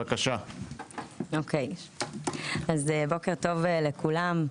בוקר טוב לכולם,